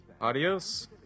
adios